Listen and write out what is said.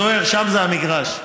זוהיר, שם זה המגרש.